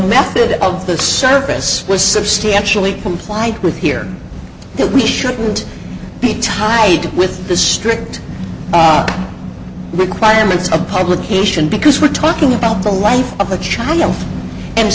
method of the service was substantially complied with here that we shouldn't be tied to with the strict requirements of publication because we're talking about the life of a china and